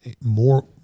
more